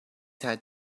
had